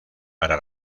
para